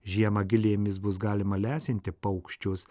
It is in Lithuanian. žiemą gilėmis bus galima lesinti paukščius